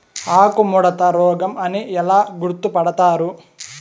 ఆకుముడత రోగం అని ఎలా గుర్తుపడతారు?